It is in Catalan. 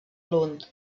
lund